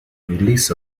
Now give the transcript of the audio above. release